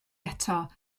eto